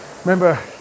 remember